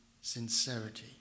sincerity